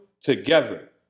together